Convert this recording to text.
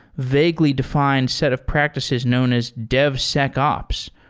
vaguely defined set of practices known as dev sec ops,